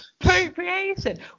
appropriation